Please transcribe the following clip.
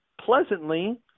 pleasantly